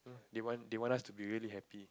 they want they want us to really be happy